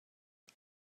and